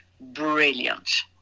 brilliant